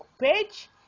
page